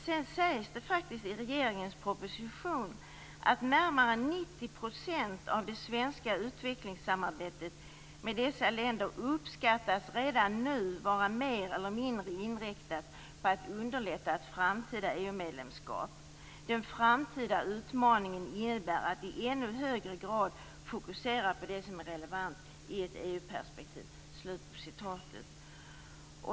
Det sägs i regeringens proposition att närmare 90 % av det svenska utvecklingssamarbetet med dessa länder redan nu uppskattas vara mer eller mindre inriktat på att underlätta ett framtida EU-medlemskap och att den framtida utmaningen innebär att i ännu högre grad fokusera på det som är relevant i ett EU perspektiv.